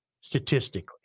Statistically